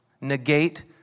negate